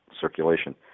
circulation